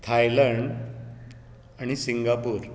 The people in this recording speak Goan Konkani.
थायलंड आनी सिंगापूर